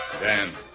Dan